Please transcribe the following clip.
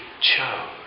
chose